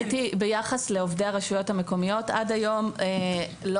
ביחס לעובדי הרשויות המקומיות עד היום לא